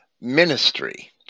ministry